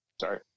Sorry